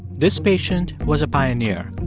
this patient was a pioneer.